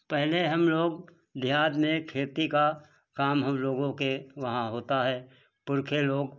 पहले हम लोग देहात में खेती का काम हम लोगों के वहाँ होता है पुरखे लोग